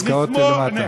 עסקאות, למטה.